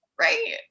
Right